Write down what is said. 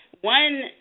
One